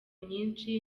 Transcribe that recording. nyinshi